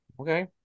Okay